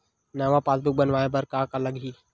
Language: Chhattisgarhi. नवा पासबुक बनवाय बर का का लगही?